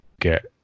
get